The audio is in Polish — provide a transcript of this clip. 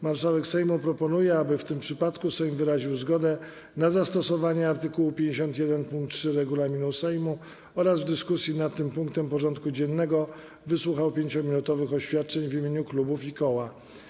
Marszałek Sejmu proponuje, aby w tym przypadku Sejm wyraził zgodę na zastosowanie art. 51 pkt 3 regulaminu Sejmu oraz w dyskusji nad tym punktem porządku dziennego wysłuchał 5-minutowych oświadczeń w imieniu klubów i koła.